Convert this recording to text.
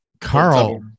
carl